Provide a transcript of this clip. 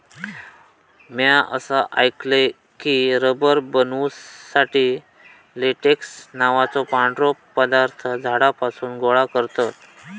म्या असा ऐकलय की, रबर बनवुसाठी लेटेक्स नावाचो पांढरो पदार्थ झाडांपासून गोळा करतत